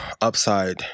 upside